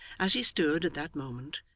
as he stood, at that moment,